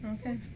Okay